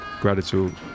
gratitude